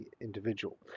individual